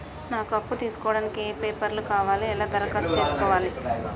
నాకు అప్పు తీసుకోవడానికి ఏ పేపర్లు కావాలి ఎలా దరఖాస్తు చేసుకోవాలి?